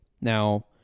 now